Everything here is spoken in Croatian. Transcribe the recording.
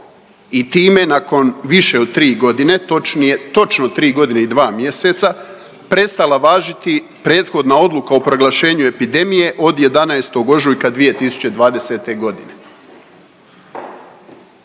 i time nakon više od 3 godine, točnije, točno 3 godine i 2 mjeseca prestala važiti prethodna odluka o proglašenju epidemije od 11. ožujka 2020. godine,